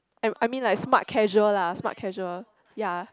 I I mean like smart casual lah smart casual ya